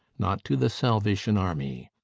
not to the salvation army.